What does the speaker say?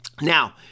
Now